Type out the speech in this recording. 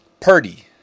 Purdy